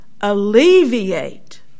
alleviate